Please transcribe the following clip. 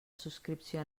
subscripció